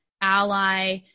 ally